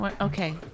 Okay